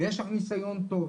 ויש לך ניסיון טוב,